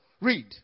Read